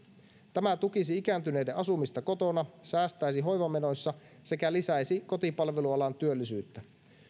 tämä tukisi ikääntyneiden asumista kotona säästäisi hoivamenoissa sekä lisäisi kotipalvelualan työllisyyttä